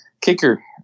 Kicker